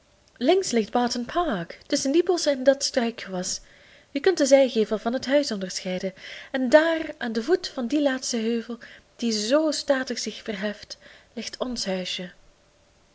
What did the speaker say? links ligt barton park tusschen die bosschen en dat struikgewas je kunt den zijgevel van het huis onderscheiden en daar aan den voet van dien laatsten heuvel die zoo statig zich verheft ligt ons huisje